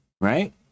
right